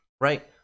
right